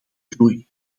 groei